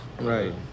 Right